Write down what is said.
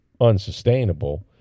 unsustainable